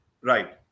Right